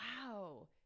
Wow